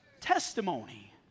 testimony